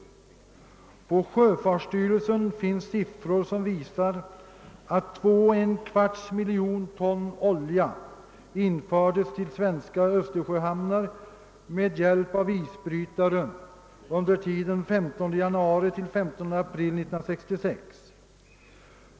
På sjöfartsstyrelsen finns siffror som visar att två och en kvarts miljoner ton olja infördes till svenska östersjöhamnar med hjälp av isbrytare under tiden 15 januari till den 15 april 1966.